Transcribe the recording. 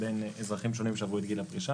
בין אזרחים שונים שעברו את גיל הפרישה.